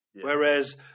whereas